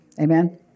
Amen